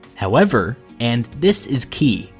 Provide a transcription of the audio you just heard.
however, and this is key,